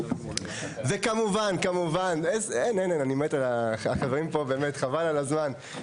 וכמובן, אני מת על החברים פה, באמת, חבל על הזמן.